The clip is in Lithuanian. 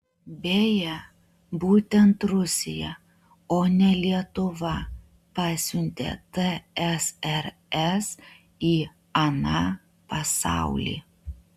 beje būtent rusija o ne lietuva pasiuntė tsrs į aną pasaulį